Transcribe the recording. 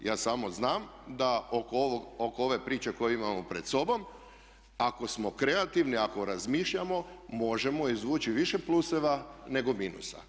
Ja samo znam da oko ove priče koju imamo pred sobom ako smo kreativni, ako razmišljamo možemo izvući više plusova nego minusa.